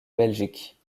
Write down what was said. belgique